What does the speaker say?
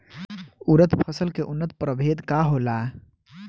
उरद फसल के उन्नत प्रभेद का होला?